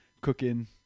cooking